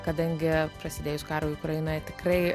kadangi prasidėjus karui ukrainoje tikrai